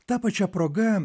ta pačia proga